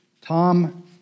Tom